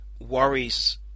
worries